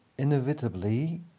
inevitably